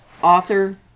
Author